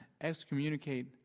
excommunicate